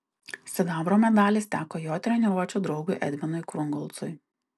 sidabro medalis teko jo treniruočių draugui edvinui krungolcui